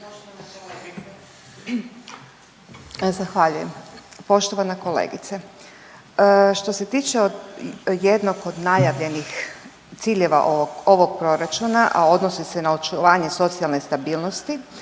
Zahvaljujem. Poštovana kolegice, što se tiče jednog od najavljenih ciljeva ovog Proračuna, a odnosi se na očuvanje socijalne stabilnosti,